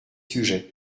sujets